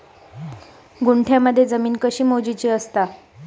गुंठयामध्ये जमीन कशी मोजूची असता?